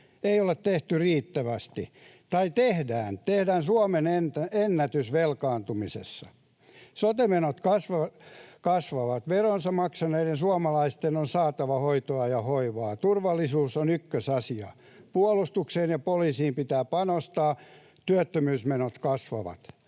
Ei ole tehty riittävästi — tai tehdään, tehdään suomenennätys velkaantumisessa. Sote-menot kasvavat. Veronsa maksaneiden suomalaisten on saatava hoitoa ja hoivaa. Turvallisuus on ykkösasia. Puolustukseen ja poliisiin pitää panostaa. Työttömyysmenot kasvavat.